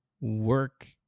work